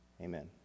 amen